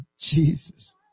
Jesus